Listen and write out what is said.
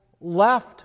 left